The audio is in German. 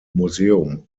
museum